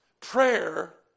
Prayer